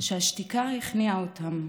שהשתיקה הכניעה אותם.